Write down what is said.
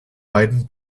beiden